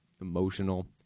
emotional